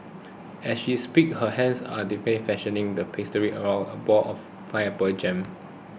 as she speaks her hands are deftly fashioning the pastry around a ball of pineapple jam